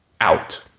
out